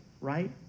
right